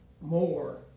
more